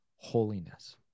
Holiness